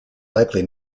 likely